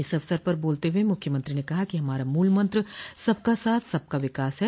इस अवसर पर बोलते हुए मुख्यमंत्री ने कहा कि हमारा मूल मंत्र सबका साथ सबका विकास है